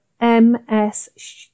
ms